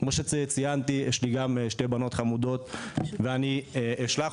גם לי יש שתי בנות חמודות ואני אשלח